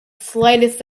slightest